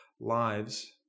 lives